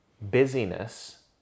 busyness